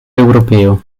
europeo